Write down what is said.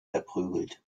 verprügelt